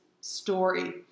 story